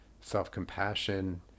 self-compassion